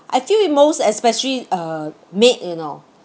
I feel it most especially uh maid you know